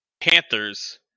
Panthers